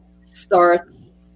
starts